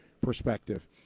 perspective